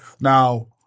Now